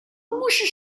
musi